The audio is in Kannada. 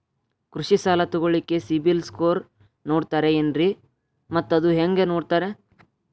ಕೃಷಿ ಸಾಲ ತಗೋಳಿಕ್ಕೆ ಸಿಬಿಲ್ ಸ್ಕೋರ್ ನೋಡ್ತಾರೆ ಏನ್ರಿ ಮತ್ತ ಅದು ಹೆಂಗೆ ನೋಡ್ತಾರೇ?